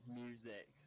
music